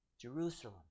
Jerusalem